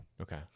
okay